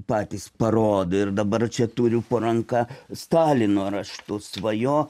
patys parodė ir dabar čia turiu po ranka stalino raštus va jo